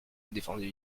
défendu